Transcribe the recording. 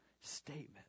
statement